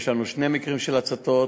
יש לנו שני מקרים של הצתות,